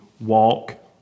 walk